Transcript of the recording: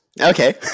Okay